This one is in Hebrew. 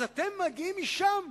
אז אתם מגיעים משם?